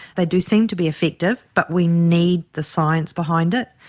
they do seem to be effective, but we need the science behind it,